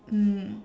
mm